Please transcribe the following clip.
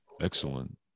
excellent